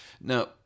Now